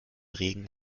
regen